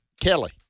Kelly